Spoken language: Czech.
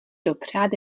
dopřát